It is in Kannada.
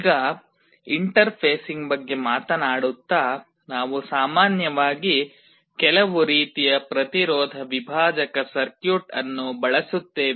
ಈಗ ಇಂಟರ್ಫೇಸಿಂಗ್ ಬಗ್ಗೆ ಮಾತನಾಡುತ್ತಾ ನಾವು ಸಾಮಾನ್ಯವಾಗಿ ಕೆಲವು ರೀತಿಯ ಪ್ರತಿರೋಧ ವಿಭಾಜಕ ಸರ್ಕ್ಯೂಟ್ ಅನ್ನು ಬಳಸುತ್ತೇವೆ